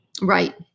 Right